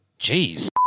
Jeez